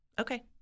okay